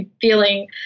feeling